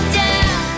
down